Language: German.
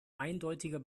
eindeutiger